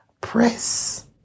press